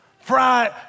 Fried